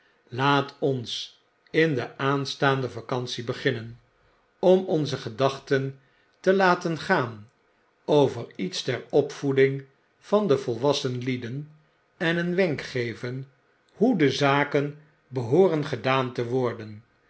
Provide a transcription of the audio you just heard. laat ons in de aanstaande vacantie beginnen om onze gedachten te laten gaan over iets ter opvoeding van de volwassen lieden en hun een wenk geven hoe de zaken behooren gedaan te worden